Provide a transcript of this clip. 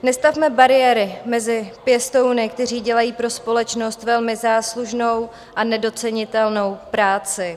Nestavme bariéry mezi pěstouny, kteří dělají pro společnost velmi záslužnou a nedocenitelnou práci.